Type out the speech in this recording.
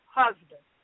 husband